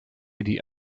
lady